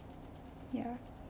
ya